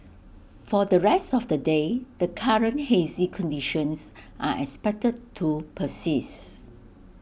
for the rest of the day the current hazy conditions are expected to persist